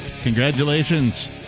Congratulations